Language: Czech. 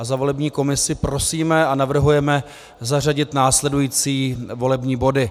Za volební komisi prosíme a navrhujeme zařadit následující volební body: